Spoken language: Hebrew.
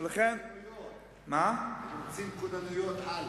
רוצים כוננויות-על.